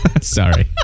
Sorry